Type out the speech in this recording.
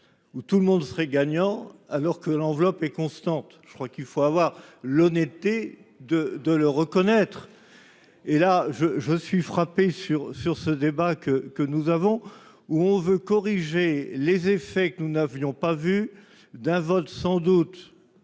où tout le monde serait gagnant alors que l'enveloppe et constante, je crois qu'il faut avoir l'honnêteté de de le reconnaître et là je je suis frappé sur sur ce débat que que nous avons où on veut corriger les effets que nous n'avions pas vu d'un vote sans doute